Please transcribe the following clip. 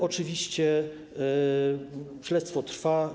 Oczywiście śledztwo trwa.